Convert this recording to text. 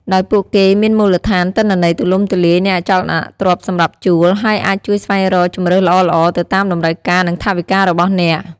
ដោយពួកគេមានមូលដ្ឋានទិន្នន័យទូលំទូលាយនៃអចលនទ្រព្យសម្រាប់ជួល ហើយអាចជួយស្វែងរកជម្រើសល្អៗទៅតាមតម្រូវការនិងថវិការបស់អ្នក។